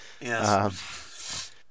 Yes